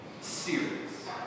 serious